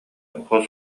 хос